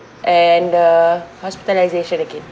and uh hospitalisation again